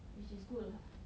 which is good lah